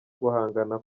guhangana